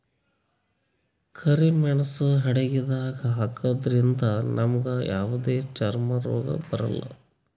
ಕರಿ ಮೇಣ್ಸ್ ಅಡಗಿದಾಗ್ ಹಾಕದ್ರಿಂದ್ ನಮ್ಗ್ ಯಾವದೇ ಚರ್ಮ್ ರೋಗ್ ಬರಲ್ಲಾ